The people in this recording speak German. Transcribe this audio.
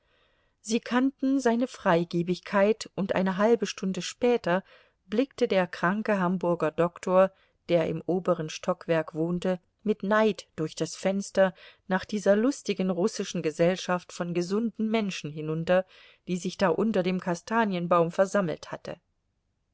sie kannten seine freigebigkeit und eine halbe stunde später blickte der kranke hamburger doktor der im oberen stockwerk wohnte mit neid durch das fenster nach dieser lustigen russischen gesellschaft von gesunden menschen hinunter die sich da unter dem kastanienbaum versammelt hatte